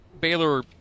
Baylor